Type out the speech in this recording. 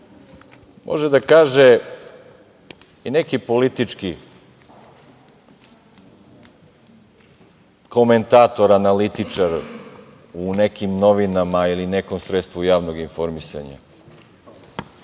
može da kaže i neki politički komentator, analitičar u nekim novinama ili u nekom sredstvu javnog informisanja,